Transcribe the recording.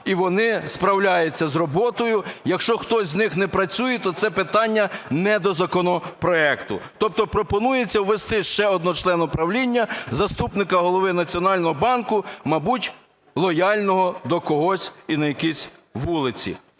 і вони справляються з роботою. Якщо хтось з них не працює, то це питання не до законопроекту. Тобто пропонується ввести ще одного члена правління - заступника Голови Національного банку, мабуть, лояльного до когось і на якійсь вулиці.